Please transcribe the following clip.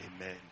Amen